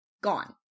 gone